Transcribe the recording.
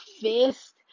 fist